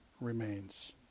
remains